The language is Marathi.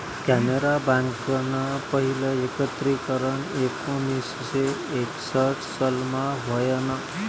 कॅनरा बँकनं पहिलं एकत्रीकरन एकोणीसशे एकसठ सालमा व्हयनं